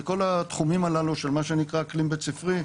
וכל התחומים הללו של מה שנקרא אקלים בית ספרי,